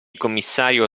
commissario